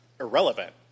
irrelevant